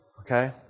Okay